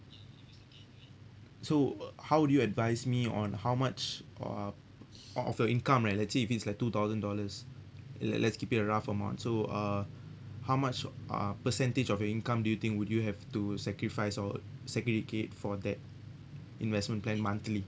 so uh how would you advise me on how much uh of your income right let's say if it's like two thousand dollars let let's keep it a rough amount so uh how much uh percentage of your income do you think would you have to sacrifice or segregate for that investment plan monthly